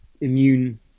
immune